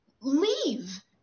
leave